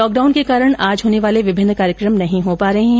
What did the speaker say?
lockdown के कारण आज होने वाले विभिन्न कार्यक्रम नहीं हो पा रहे है